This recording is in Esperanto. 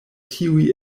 tiuj